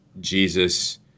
Jesus